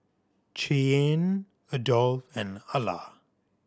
Cheyanne Adolf and Alla